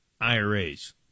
IRAs